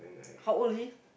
how old already